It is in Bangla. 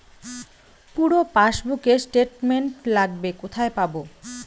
পুরো পাসবুকের স্টেটমেন্ট লাগবে কোথায় পাব?